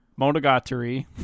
Monogatari